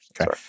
Okay